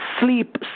Sleep